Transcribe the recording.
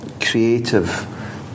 creative